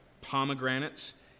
pomegranates